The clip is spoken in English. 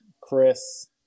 Chris